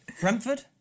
Brentford